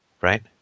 right